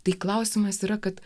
tai klausimas yra kad